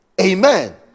Amen